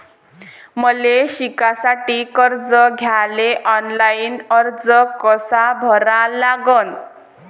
मले शिकासाठी कर्ज घ्याले ऑनलाईन अर्ज कसा भरा लागन?